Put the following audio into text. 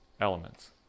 elements